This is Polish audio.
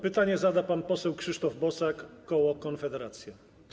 Pytanie zada pan poseł Krzysztof Bosak, koło Konfederacja.